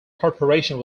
corporation